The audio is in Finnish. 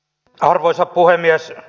arvoisa puhemies